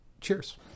Cheers